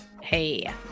hey